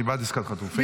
אני בעד עסקת חטופים,